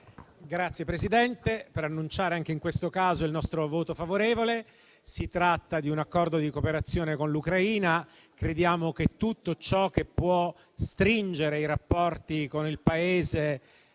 intervengo per annunciare, anche in questo caso, il nostro voto favorevole. Si tratta di un Accordo di cooperazione con l'Ucraina. Crediamo che tutto ciò che può stringere i rapporti con il Paese